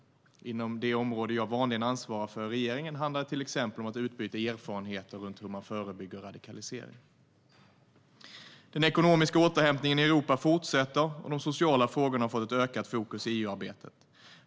Inom det område jag vanligen ansvarar för i regeringen handlar det till exempel om att utbyta erfarenheter av hur man förebygger radikalisering. Den ekonomiska återhämtningen i Europa fortsätter, och de sociala frågorna har fått ökat fokus i EU-arbetet.